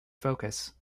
focus